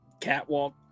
Catwalk